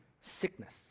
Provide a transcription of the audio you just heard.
sickness